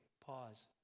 pause